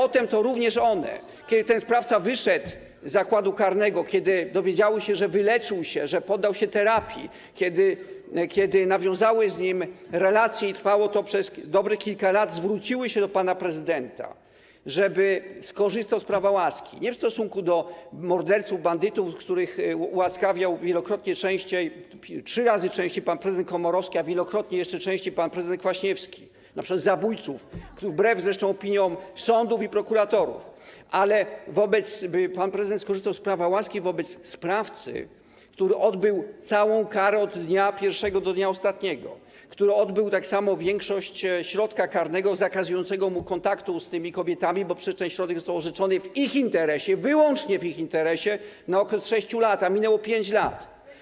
Ale potem to również one, kiedy ten sprawca wyszedł z zakładu karnego, kiedy dowiedziały się, że wyleczył się, że poddał się terapii, kiedy nawiązały z nim relację i trwało to przez dobrych kilka lat, zwróciły się do pana prezydenta, żeby skorzystał z prawa łaski - nie w stosunku do morderców, bandytów, których ułaskawiał wielokrotnie częściej, trzy razy częściej pan prezydent Komorowski, a jeszcze wielokrotnie częściej pan prezydent Kwaśniewski, np. zabójców, wbrew zresztą opiniom sądów i prokuratorów - żeby, powtarzam, pan prezydent skorzystał z prawa łaski wobec sprawcy, który odbył całą karę, od dnia pierwszego do dnia ostatniego, który odbył tak samo większość środka karnego zakazującego mu kontaktu z tymi kobietami, bo przecież ten środek został orzeczony w ich interesie, wyłącznie w ich interesie, na okres 6 lat, a minęło 5 lat.